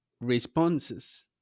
responses